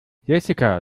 jessica